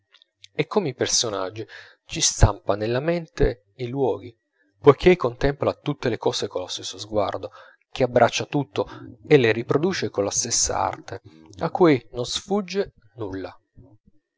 e come i personaggi ci stampa nella mente i luoghi poichè contempla tutte le cose collo stesso sguardo che abbraccia tutto e le riproduce colla stessa arte a cui non sfugge nulla